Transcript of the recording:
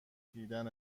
دیدن